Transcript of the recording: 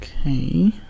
Okay